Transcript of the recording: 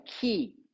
key